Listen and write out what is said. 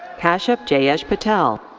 kashyap jayesh patel.